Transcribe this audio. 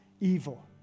evil